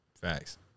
Facts